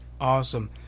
awesome